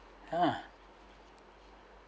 ah